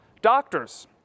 Doctors